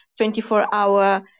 24-hour